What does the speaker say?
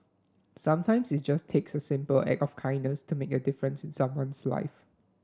sometimes it just takes a simple act of kindness to make a difference in someone's life